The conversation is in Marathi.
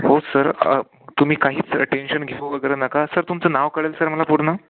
हो सर तुम्ही काहीच टेंशन घेऊ वगैरे नका सर तुमचं नाव कळेल सर मला पूर्ण